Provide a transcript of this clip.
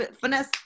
Finesse